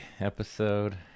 episode